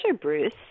Bruce